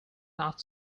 not